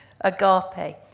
Agape